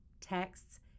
texts